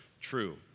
true